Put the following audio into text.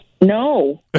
No